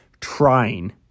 trying